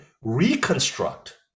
reconstruct